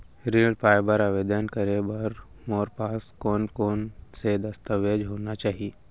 ऋण पाय बर आवेदन करे बर मोर पास कोन कोन से दस्तावेज होना चाही?